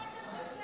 אבל למה אתה מזלזל?